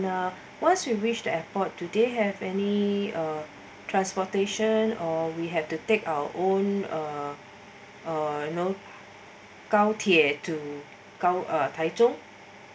uh once we reach the airport do they have any uh transportation or we have to take our own uh uh you know gao tie to gao uh tai zhong